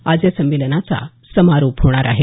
आज या संमेलनाचा समारोप होणार आहे